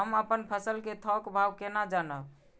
हम अपन फसल कै थौक भाव केना जानब?